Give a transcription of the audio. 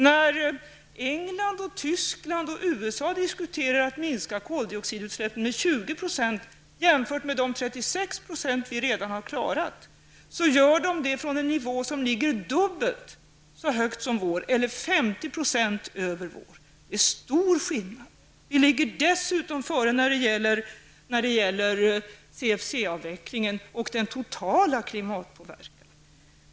När England, Tyskland och USA diskuterar att minska koldioxidutsläppen med 20 % jämfört med de 36 % vi redan har klarat, gör de det från en nivå som ligger dubbelt så högt som vår, alltså 50 % över vår nivå. Det är stor skillnad. Vi ligger dessutom före när det gäller CFC-avvecklingen och klimatpåverkan totalt.